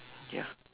ya